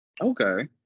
Okay